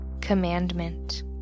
commandment